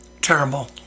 Terrible